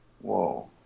Whoa